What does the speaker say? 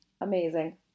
amazing